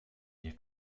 nie